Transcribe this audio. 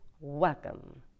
welcome